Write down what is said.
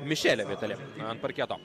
mišeli vitali ant parketo